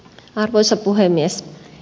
arvoisa puhemies